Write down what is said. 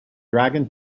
dragon